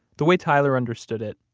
the way tyler understood it,